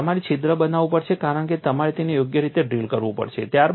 તમારે છિદ્ર બનાવવું પડશે કારણ કે તમારે તેને યોગ્ય રીતે ડ્રિલ કરવું પડશે